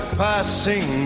passing